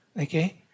okay